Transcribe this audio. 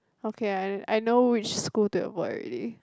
okay I I know which school to avoid already